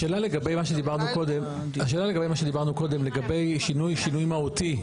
השאלה לגבי מה שדיברנו קודם לגבי שינוי מהותי,